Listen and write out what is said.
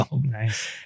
Nice